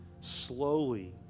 slowly